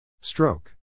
Stroke